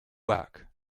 work